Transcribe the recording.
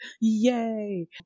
yay